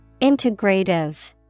Integrative